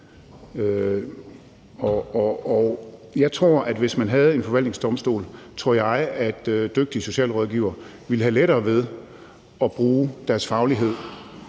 at jeg, hvis man havde en forvaltningsdomstol, tror, at dygtige socialrådgivere ville have lettere ved at bruge deres faglighed